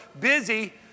busy